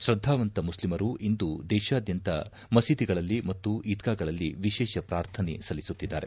ಶ್ರದ್ದಾವಂತ ಮುಸ್ಲಿಮರು ಇಂದು ದೇಶಾದ್ಯಂತ ಮಸೀದಿಗಳಲ್ಲಿ ಮತ್ತು ಈದ್ಗಾಗಳಲ್ಲಿ ವಿಶೇಷ ಪ್ರಾರ್ಥನೆ ಸಲ್ಲಿಸುತ್ತಾರೆ